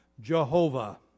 Jehovah